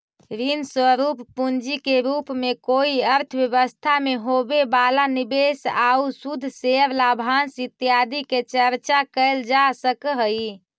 ऋण स्वरूप पूंजी के रूप में कोई अर्थव्यवस्था में होवे वाला निवेश आउ शुद्ध शेयर लाभांश इत्यादि के चर्चा कैल जा सकऽ हई